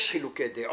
יש חילוקי דעות,